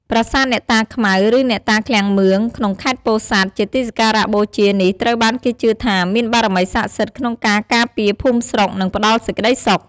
ប្រាសាទអ្នកតាខ្មៅ ឬអ្នកតាឃ្លាំងមឿង ក្នុងខេត្តពោធិ៍សាត់ ជាទីសក្ការៈបូជានេះត្រូវបានគេជឿថាមានបារមីស័ក្តិសិទ្ធិក្នុងការការពារភូមិស្រុក និងផ្តល់សេចក្ដីសុខ។